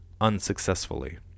unsuccessfully